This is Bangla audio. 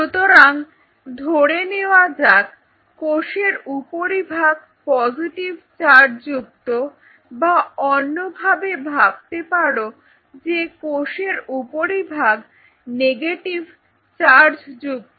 সুতরাং ধরে নেওয়া যাক কোষের উপরিভাগ পজেটিভ চার্জযুক্ত বা অন্যভাবে ভাবতে পারো যে কোষের উপরিভাগ নেগেটিভ চার্জযুক্ত